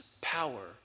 power